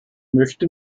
möchte